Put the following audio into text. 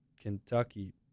Kentucky